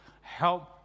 Help